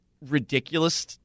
ridiculous